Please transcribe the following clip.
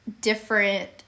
different